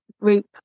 group